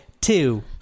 two